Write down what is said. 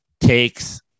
takes